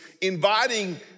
inviting